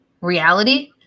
reality